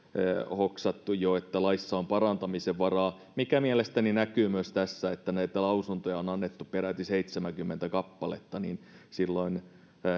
hoksattu jo että laissa on parantamisen varaa mikä mielestäni näkyy myös siinä että lausuntoja on annettu peräti seitsemänkymmentä kappaletta silloin